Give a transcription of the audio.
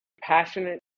passionate